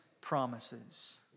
promises